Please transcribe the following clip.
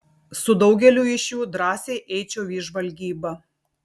su daugeliu iš jų drąsiai eičiau į žvalgybą